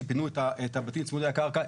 שפינו את הבתים צמודי הקרקע,